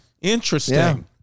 Interesting